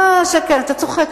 אתה צוחק,